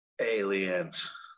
Aliens